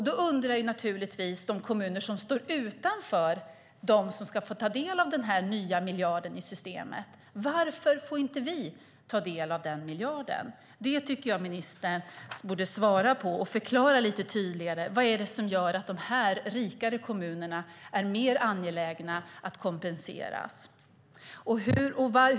Då undrar naturligtvis de kommuner som inte hör till dem som ska få ta del av den nya miljarden i systemet: Varför får inte vi ta del av den miljarden? Jag tycker att ministern borde svara på den frågan och förklara lite tydligare vad det är som gör att det är mer angeläget att kompensera de rikare kommunerna.